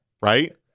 right